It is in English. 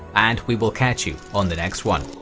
and we will catch you on the next one.